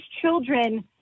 children